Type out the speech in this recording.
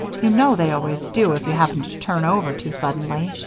you know they always do if you happen to turn over too suddenly.